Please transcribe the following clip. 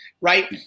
right